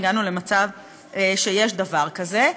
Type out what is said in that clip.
הגענו למצב שיש דבר כזה.